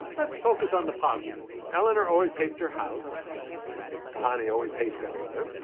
let's focus on the positives eleanor always hates her house tahani always hates eleanor.